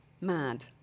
Mad